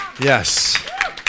Yes